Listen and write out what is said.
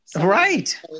Right